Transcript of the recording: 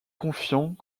confiants